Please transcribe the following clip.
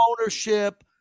ownership